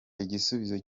igisubizo